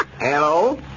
Hello